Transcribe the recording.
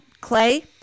Clay